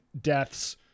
deaths